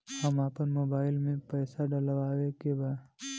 हम आपन मोबाइल में पैसा डलवावे के बा?